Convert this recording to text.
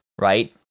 right